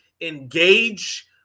engage